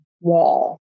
wall